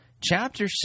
chapter